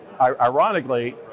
Ironically